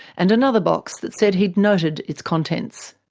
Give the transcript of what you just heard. and another box that said he'd noted its contents.